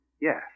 Yes